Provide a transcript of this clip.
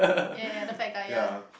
ya ya the fat kaya